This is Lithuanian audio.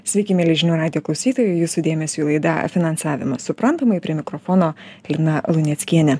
sveiki mieli žinių radijo klausytojai jūsų dėmesiui laida finansavimas suprantamai prie mikrofono lina luneckienė